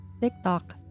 TikTok